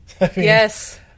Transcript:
yes